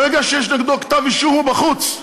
ברגע שיש נגדו כתב אישום הוא בחוץ.